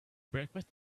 breakfast